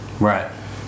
Right